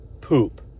poop